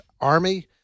Army